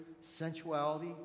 sensuality